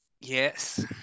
Yes